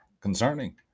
concerning